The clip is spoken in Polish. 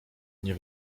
nie